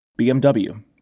BMW